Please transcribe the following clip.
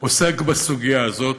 עוסק בסוגיה הזאת.